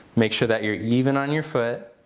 make sure that you're even on your foot.